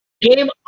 Game